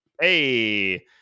Hey